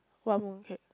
what mooncake